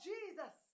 Jesus